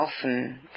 often